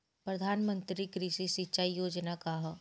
प्रधानमंत्री कृषि सिंचाई योजना का ह?